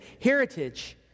heritage